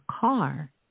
car